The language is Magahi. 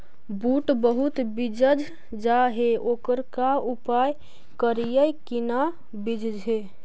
बुट बहुत बिजझ जा हे ओकर का उपाय करियै कि न बिजझे?